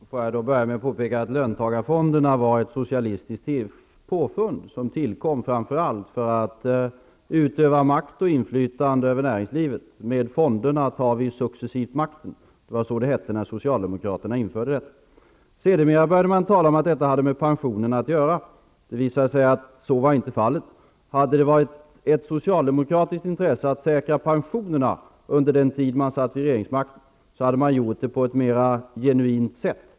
Fru talman! Jag vill börja med att påpeka att löntagarfonderna var ett socialistiskt påfund. De tillkom framför allt för att man skulle utöva makt och inflytande över näringslivet. ''Med fonderna tar vi successivt makten.'' Så hette det när Socialdemokraterna införde dem. Sedermera började man tala om att detta hade med pensionerna att göra. Men det visade sig att så inte var fallet. Om det hade varit ett socialdemokratiskt intresse att säkra pensionerna under den tid man hade regeringsmakten, hade man gjort det på ett mer genuint sätt.